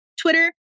Twitter